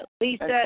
Lisa